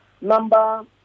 Number